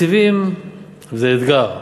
מציבים איזה אתגר,